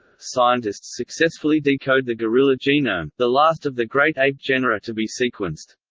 scientists successfully decode the gorilla genome, the last of the great ape genera to be sequenced.